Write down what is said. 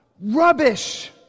Rubbish